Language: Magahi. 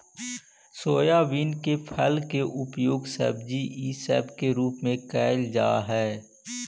सोयाबीन के फल के उपयोग सब्जी इसब के रूप में कयल जा हई